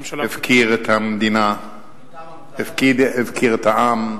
הפקיר את המדינה, הפקיר את העם,